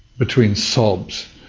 between sobs,